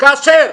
כאשר